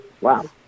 Wow